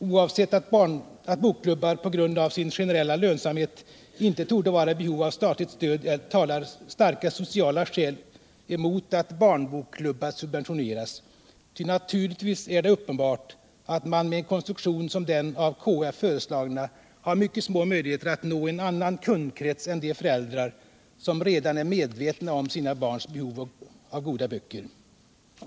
Oavsett att bokklubbar på grund av sin generella lönsamhet inte torde vara i behov av statligt stöd talar starka sociala skäl emot att barnbokklubbar subventioneras. Ty naturligtvis är det uppenbart att man med en konstruktion som den av KF föreslagna har mycket små möjligheter att nå en annan kundkrets än de föräldrar som redan är medvetwna om sina barns behov av goda böcker.